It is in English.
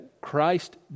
Christ